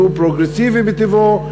שהוא פרוגרסיבי בטיבו,